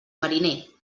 mariner